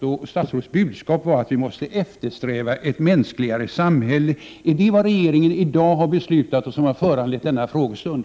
Och statsrådets budskap var att vi måste eftersträva ett mänskligare samhälle. Är det vad regeringen i dag har fattat beslut om och som har föranlett denna informationsstund?